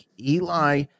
Eli